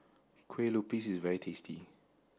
Kue Lupis is very tasty